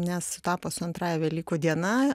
nes sutapo su antrąja velykų diena